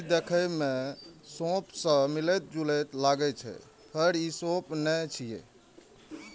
ई देखै मे सौंफ सं मिलैत जुलैत लागै छै, पर ई सौंफ नै छियै